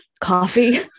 coffee